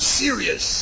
serious